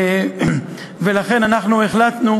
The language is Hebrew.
ולכן אנחנו החלטנו